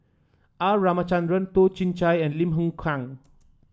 R Ramachandran Toh Chin Chye and Lim Hng Kiang